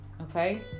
okay